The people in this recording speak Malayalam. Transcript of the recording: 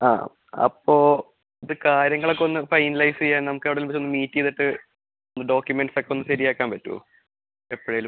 ആ അപ്പോൾ ഇത് കാര്യങ്ങളൊക്കെ ഒന്ന് ഫൈനലൈസ് ചെയ്യാൻ നമുക്ക് എവിടെയെങ്കിലും വെച്ചൊന്ന് മീറ്റ് ചെയ്തിട്ട് ഡോക്യൂമെൻറ്സ് ഒക്കെ ഒന്ന് ശരിയാക്കാൻ പറ്റുമോ എപ്പോഴെങ്കിലും